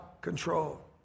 control